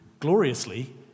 Gloriously